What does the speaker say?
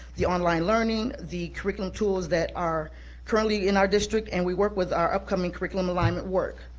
the online learning, the curriculum tools that are currently in our district, and we work with our upcoming curriculum alignment work.